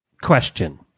question